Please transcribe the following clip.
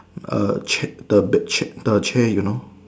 err chat the bat chat the chair you know